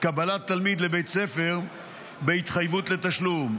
תלמיד לבית ספר בהתחייבות לתשלום.